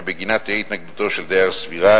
שבגינה תהא התנגדותו של דייר סבירה,